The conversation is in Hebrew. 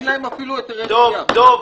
דב,